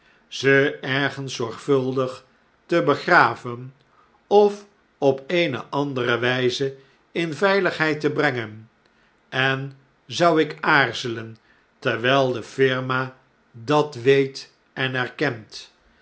ze ergens zorgvuldig te begraven of op eene andere wyze in veiligheid te brengen en zou ik aarzelen terwijl de firma dat weet en erkent